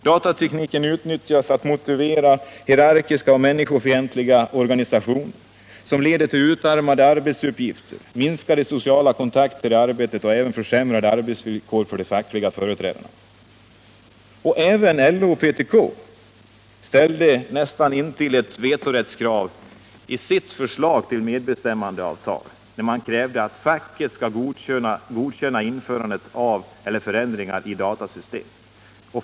Datatekniken utnyttjas för att motivera en hierarkisk och människofientlig organisation, som leder till utarmade arbetsuppgifter, minskade sociala kontakter i arbetet och även försämrade arbetsvillkor för de fackliga företrädarna. Även LO och PTK ställde näst intill ett vetorättskrav i sitt förslag till medbestämmandeavtal, när man krävde att ”facket skall godkänna införandet av eller förändringar i datasystem.